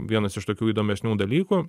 vienas iš tokių įdomesnių dalykų